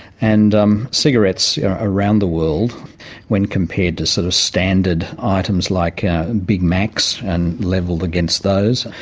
and um cigarettes around the world when compared to sort of standard items like big macs and levelled against those,